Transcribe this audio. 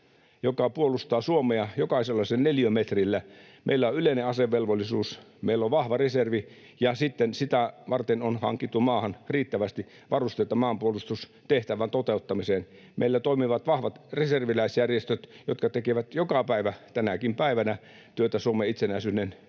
joka puolustaa Suomea jokaisella sen neliömetrillä, meillä on yleinen asevelvollisuus, meillä on vahva reservi, ja sitten sitä varten on hankittu maahan riittävästi varusteita maanpuolustustehtävän toteuttamiseen. Meillä toimivat vahvat reserviläisjärjestöt, jotka tekevät joka päivä — tänäkin päivänä — työtä Suomen itsenäisyyden ja